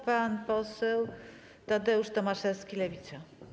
Pan poseł Tadeusz Tomaszewski, Lewica.